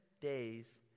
days